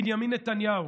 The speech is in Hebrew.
בנימין נתניהו,